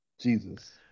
jesus